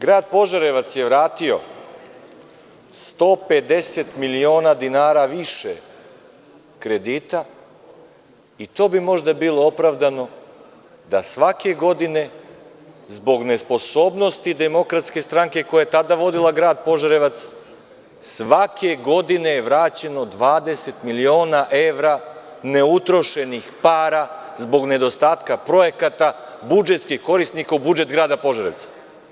Grad Požarevac je vratio 150 miliona dinara više kredita i to bi možda bilo opravdano, da svake godine zbog nesposobnosti DS koja je tada vodila GradPožarevac, svake godine je vraćeno 20 miliona evra neutrošenih para zbog nedostatka projekata, budžetskih korisnika u budžet Grada Požarevca.